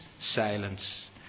silence